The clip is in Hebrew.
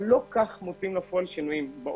לא כך מוציאים לפועל שינויים.